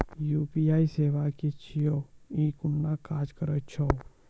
UPI सेवा की छियै? ई कूना काज करै छै?